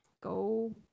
go